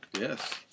Yes